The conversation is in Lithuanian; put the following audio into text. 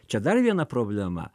čia dar viena problema